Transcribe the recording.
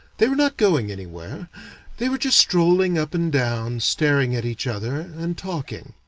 they were not going anywhere they were just strolling up and down, staring at each other, and talking.